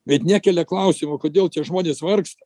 bet nekelia klausimo kodėl žmonės vargsta